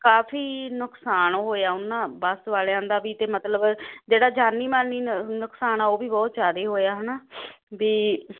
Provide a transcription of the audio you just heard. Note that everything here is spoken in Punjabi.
ਕਾਫੀ ਨੁਕਸਾਨ ਹੋਇਆ ਉਹਨਾਂ ਬੱਸ ਵਾਲਿਆਂ ਦਾ ਵੀ ਤੇ ਮਤਲਬ ਜਿਹੜਾ ਜਾਨੀ ਮਾਨੀ ਨੁਕਸਾਨ ਆ ਉਹ ਵੀ ਬਹੁਤ ਜਿਆਦੇ ਹੋਇਆ ਹਨਾ ਬੀ